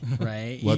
Right